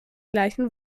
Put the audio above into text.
gleichen